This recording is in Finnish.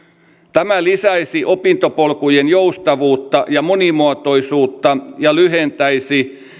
tämä lisäisi opintopolkujen joustavuutta ja monimuotoisuutta ja lyhentäisi